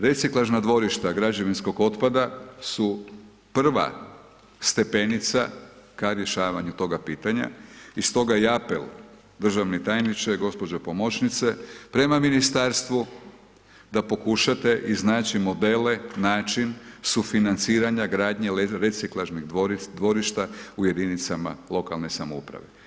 Reciklažna dvorišta građevinskog otpada su prva stepenica ka rješavanju toga pitanje i stoga i apel, državni tajniče, gđo. pomoćnice, prema Ministarstvu, da pokušate iznaći modele, način sufinanciranja gradnje reciklažnih dvorišta u jedinicama lokalne samouprave.